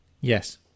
Yes